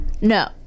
No